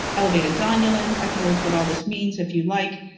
elevated zonulin, i could go into what all this means if you'd like.